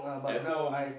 at home